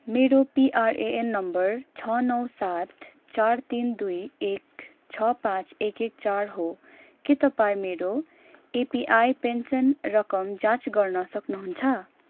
मेरो PRAN number छ नौ सात चार तिन दुई एक छ पाँच एक एक चार हो के तपाईँ मेरो एपिवाई पेन्सन रकम जाँच गर्न सक्नुहुन्छ